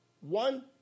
one